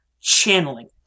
channeling